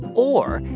or,